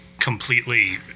completely